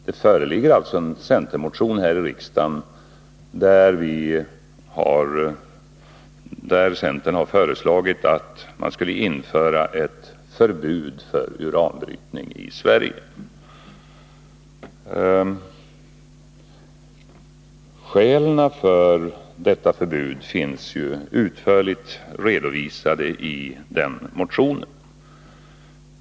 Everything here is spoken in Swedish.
Det föreligger här i riksdagen en centermotion, där centern föreslår att man skall införa ett förbud mot uranbrytning i Sverige. Skälen för ett sådant förbud finns utförligt redovisade i motionen.